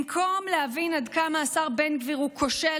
במקום להבין עד כמה השר בן גביר הוא כושל